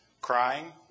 crying